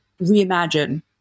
reimagine